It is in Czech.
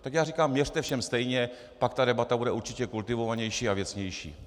Tak já říkám: měřte všem stejně, pak debata bude určitě kultivovanější a věcnější.